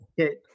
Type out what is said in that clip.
Okay